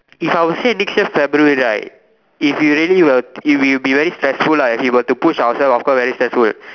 if I would say next year February right if you really were you will be very stressful lah if we were to push ourselves of course very stressful